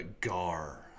Gar